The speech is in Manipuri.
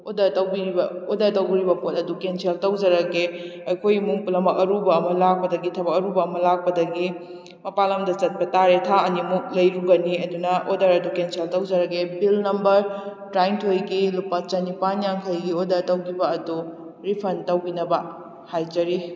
ꯑꯣꯗꯔ ꯇꯧꯕꯤꯔꯤꯕ ꯑꯣꯗꯔ ꯇꯧꯕꯤꯔꯤꯕ ꯄꯣꯠ ꯑꯗꯨ ꯀꯦꯟꯁꯦꯜ ꯇꯧꯖꯔꯒꯦ ꯑꯩꯈꯣꯏ ꯏꯃꯨꯡ ꯄꯨꯝꯅꯃꯛ ꯑꯔꯨꯕ ꯑꯃ ꯂꯥꯛꯄꯗꯒꯤ ꯊꯕꯛ ꯑꯔꯨꯕ ꯑꯃ ꯂꯥꯛꯄꯗꯒꯤ ꯃꯄꯥꯟ ꯂꯝꯗ ꯆꯠꯄ ꯇꯥꯔꯦ ꯊꯥ ꯑꯅꯤꯃꯨꯛ ꯂꯩꯔꯨꯒꯅꯤ ꯑꯗꯨꯅ ꯑꯣꯗꯔ ꯑꯗꯨ ꯀꯦꯟꯁꯦꯜ ꯇꯧꯖꯔꯒꯦ ꯕꯤꯟ ꯅꯝꯕꯔ ꯇꯔꯥꯅꯤꯊꯣꯏꯒꯤ ꯂꯨꯄꯥ ꯆꯅꯤꯄꯥꯟ ꯌꯥꯡꯈꯩꯒꯤ ꯑꯣꯗꯔ ꯇꯧꯈꯤꯕ ꯑꯗꯨ ꯔꯤꯐꯟ ꯇꯧꯕꯤꯅꯕ ꯍꯥꯏꯖꯔꯤ